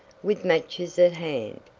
with matches at hand,